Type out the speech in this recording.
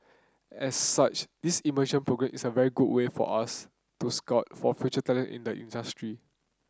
as such this immersion programme is a very good way for us to scout for future talent in the industry